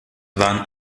waren